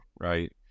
right